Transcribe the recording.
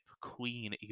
Queen